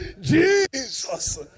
Jesus